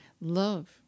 love